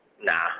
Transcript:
Nah